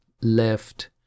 left